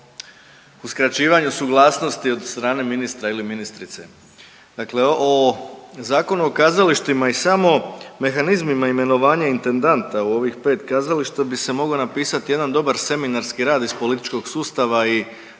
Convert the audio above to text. o uskraćivanju suglasnosti od strane ministra ili ministrice. Dakle, o Zakonu o kazalištima i samo mehanizmima imenovanja intendanta u ovih pet kazališta bi se mogao napisati jedan dobar seminarski rad iz političkog sustava i